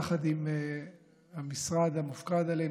יחד עם המשרד המופקד עליהן,